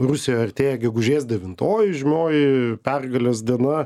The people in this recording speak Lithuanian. rusijoj artėja gegužės devintoji žymioji pergalės diena